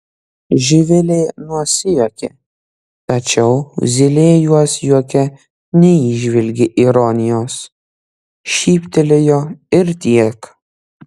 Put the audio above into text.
živilė nusijuokė tačiau zylė jos juoke neįžvelgė ironijos šyptelėjo ir tiek